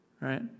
right